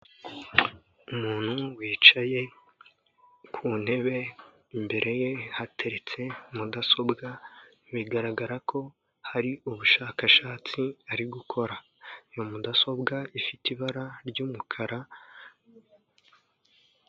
Umuntu wicaye ku ntebe imbere ye hateretse mudasobwa, bigaragara ko hari ubushakashatsi ari gukora, iyo mudasobwa ifite ibara ry'umukara.